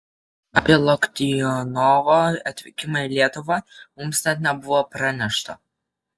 apie loktionovo atvykimą į lietuvą mums net nebuvo pranešta